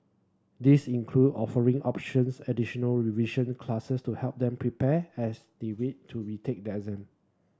this include offering options additional revision classes to help them prepare as they wait to retake their